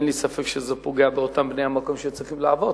אין לי ספק שזה פוגע באותם בני המקום שצריכים לעבוד,